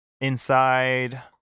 inside